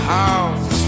house